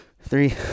three